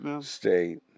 state